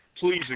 Please